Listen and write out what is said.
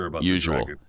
usual